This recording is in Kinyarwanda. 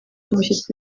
umushyitsi